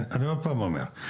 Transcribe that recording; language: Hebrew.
אני עוד פעם אומר,